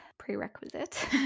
Prerequisite